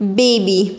baby